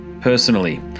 personally